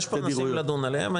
יש פה נושאים לדון עליהם.